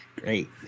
Great